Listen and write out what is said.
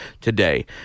today